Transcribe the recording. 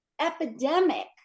epidemic